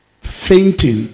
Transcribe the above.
fainting